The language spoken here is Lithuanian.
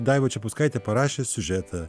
daiva čepauskaitė parašė siužetą